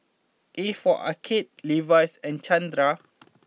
a for Arcade Levi's and Chanira